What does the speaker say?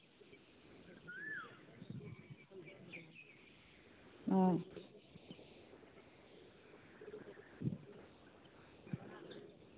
ᱚ